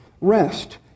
Rest